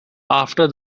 after